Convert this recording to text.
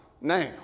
now